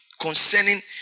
concerning